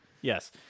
Yes